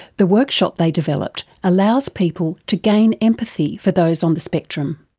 the workshop they developed allows people to gain empathy for those on the spectrum.